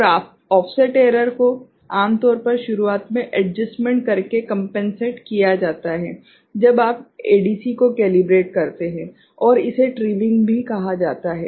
और offset error को आमतौर पर शुरुआत में एडजस्टमेंट करके कंपेनसेट कीया जाता है जब आप एडीसी को कैलिब्रेट करते हैं और इसे ट्रिमिंग भी कहा जाता है